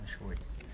shorts